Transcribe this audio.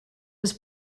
was